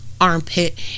armpit